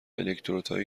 الکترودهایی